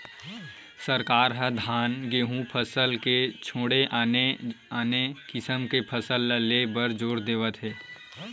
सरकार ह धान, गहूँ फसल के छोड़े आने आने किसम के फसल ले बर जोर देवत हे